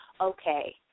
okay